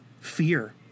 fear